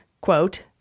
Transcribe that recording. quote